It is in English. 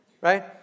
Right